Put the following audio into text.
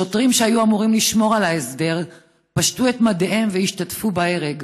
שוטרים שהיו אמורים לשמור על הסדר פשטו את מדיהם והשתתפו בהרג.